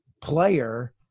player